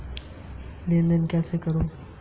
मैं यू.पी.आई लेनदेन कैसे करूँ?